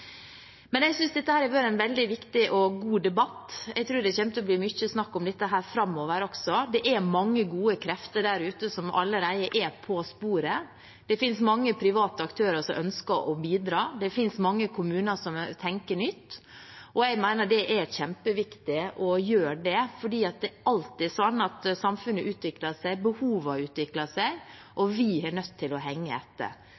Jeg synes dette har vært en veldig viktig og god debatt. Jeg tror det kommer til å bli mye snakk om dette framover. Mange gode krefter der ute er allerede på sporet. Det finnes mange private aktører som ønsker å bidra, og mange kommuner som tenker nytt. Jeg mener det er kjempeviktig å gjøre det, for samfunnet utvikler seg alltid, behovene utvikler seg,